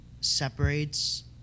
separates